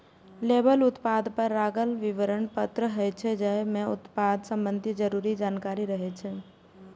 label उत्पाद पर लागल विवरण पत्र होइ छै, जाहि मे उत्पाद संबंधी जरूरी जानकारी रहै छै